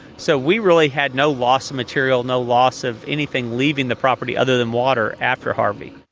so we really had no loss of material, no loss of anything leaving the property other than water after harvey.